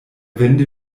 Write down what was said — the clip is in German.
wende